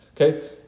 okay